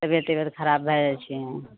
तबियत उबियत खराब भए जाइ छै